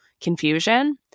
Confusion